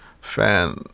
fan